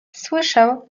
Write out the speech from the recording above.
słyszę